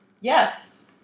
Yes